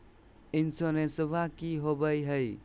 इंसोरेंसबा की होंबई हय?